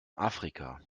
afrika